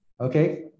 Okay